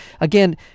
again